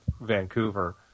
vancouver